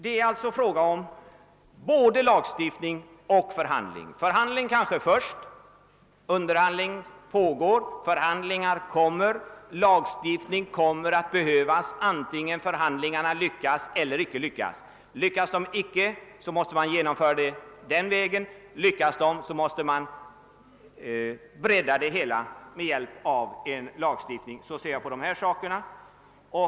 Det är alltså fråga om både lagstift ning och förhandlingar, kanske med förhandlingar först. Underhandlingar pågår, förhandlingar kommer, och lagstiftning kommer att behövas antingen förhandlingarna lyckas eller inte. Lyckas de icke, måste man genomföra förändringarna med lagstiftning. Lyckas de, måste man bredda området med hjälp av lagstiftning — så ser jag på dessa saker.